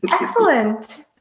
Excellent